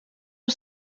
nhw